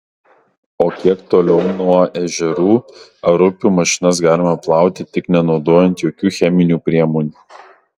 o kiek toliau nuo ežerų ar upių mašinas galima plauti tik nenaudojant jokių cheminių priemonių